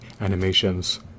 animations